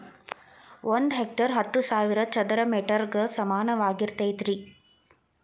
ಒಂದ ಹೆಕ್ಟೇರ್ ಹತ್ತು ಸಾವಿರ ಚದರ ಮೇಟರ್ ಗ ಸಮಾನವಾಗಿರತೈತ್ರಿ